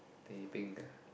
teh peng ah